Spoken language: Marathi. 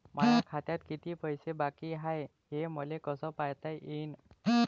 माया खात्यात किती पैसे बाकी हाय, हे मले कस पायता येईन?